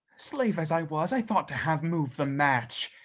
slave as i was, i thought to have moved the match.